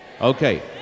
Okay